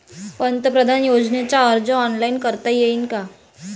पंतप्रधान योजनेचा अर्ज ऑनलाईन करता येईन का?